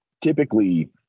typically